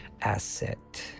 asset